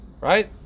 right